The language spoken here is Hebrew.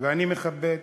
ואני מכבד.